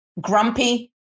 grumpy